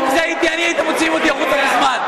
אם זה הייתי אני, הייתם מוציאים אותי החוצה מזמן.